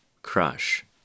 crush